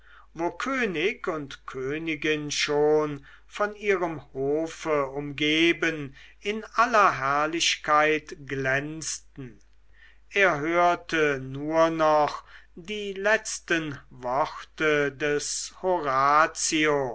wo könig und königin schon von ihrem hofe umgeben in aller herrlichkeit glänzten er hörte nur noch die letzten worte des horatio